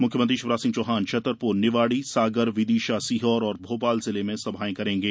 मुख्यमंत्री शिवराज सिंह चौहान छतरपुर निवाड़ी सागर विदिशा सीहोर और भोपाल जिले में सभाएं करेंगे